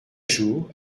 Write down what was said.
jour